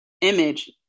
image